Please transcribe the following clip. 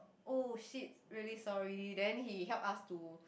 !oh shit! really sorry then he help us to